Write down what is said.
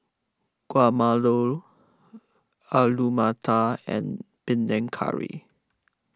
Alu Matar and Panang Curry